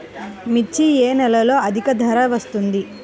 మిర్చి ఏ నెలలో అధిక ధర వస్తుంది?